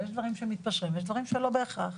ויש דברים שמתפשרים ויש דברים שלא בהכרח.